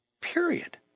Period